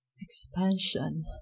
expansion